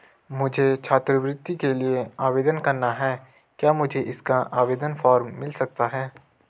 मुझे छात्रवृत्ति के लिए आवेदन करना है क्या मुझे इसका आवेदन फॉर्म मिल सकता है?